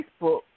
Facebook